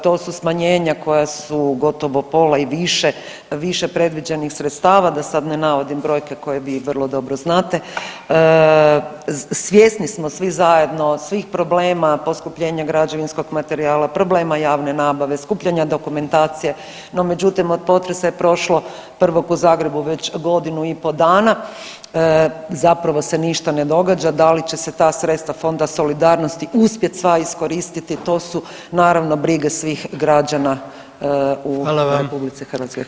To su smanjenja koja su gotovo pola i više, više predviđenih sredstava da sad ne navodim brojke koje vi vrlo dobro znate, svjesni smo svi zajedno svih problema, poskupljenja građevinskog materijala, problema javne nabave, skupljanja dokumentacije, no međutim od potresa je prošlo prvog u Zagrebu već godinu i po dana, zapravo se ništa ne događa, da li će se ta sredstva Fonda solidarnosti uspjet sva iskoristiti, to su naravno brige svih građana u RH [[Upadica: Hvala vam]] Hvala vam lijepo.